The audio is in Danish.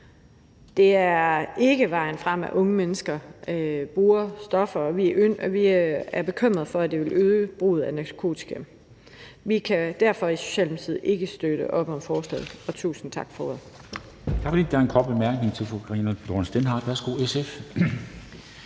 Det er ikke vejen frem, at unge mennesker tager stoffer, og vi er bekymrede for, at det vil øge brugen af narkotika. Vi kan derfor i Socialdemokratiet ikke støtte op om forslaget. Tusind tak for ordet.